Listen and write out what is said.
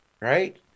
right